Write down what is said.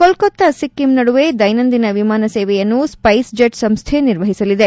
ಕೊಲ್ಕತ್ತಾ ಸಿಕ್ಕಿಂ ನಡುವೆ ದೈನಂದಿನ ವಿಮಾನ ಸೇವೆಯನ್ನು ಸ್ಪೈಸ್ ಜೆಟ್ ಸಂಸ್ಥೆ ನಿರ್ವಹಿಸಲಿದೆ